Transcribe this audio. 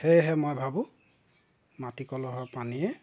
সেয়েহে মই ভাবোঁ মাটি কলহৰ পানীয়ে